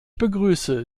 begrüße